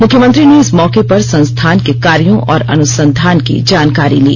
मुख्यमंत्री ने इस मौके पर संस्थान के कार्यों और अनुसंधान की जानकारी ली